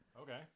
okay